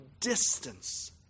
distance